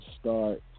start